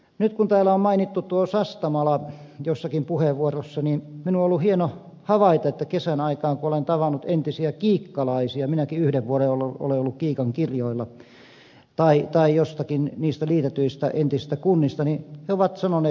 nyt kun täällä on mainittu tuo sastamala jossakin puheenvuorossa niin minun on ollut hieno havaita että kun kesän aikana olen tavannut entisiä kiikkalaisia minäkin yhden vuoden olen ollut kiikan kirjoilla tai ihmisiä joistakin niistä liitetyistä entisistä kunnista niin he ovat sanoneet